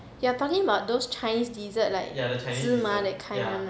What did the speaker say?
you're are talking about those chinese dessert like 芝麻 that kind [one] ah